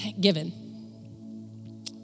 given